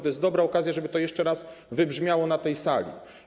To jest dobra okazja, żeby to jeszcze raz wybrzmiało na tej sali.